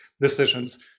decisions